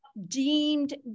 deemed